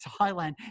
Thailand